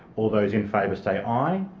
all those in favour say aye.